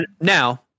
now